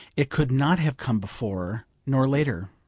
it could not have come before, nor later.